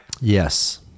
Yes